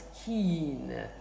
skin